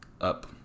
up